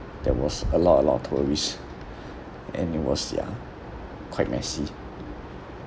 there was a lot a lot of tourists and it was ya quite messy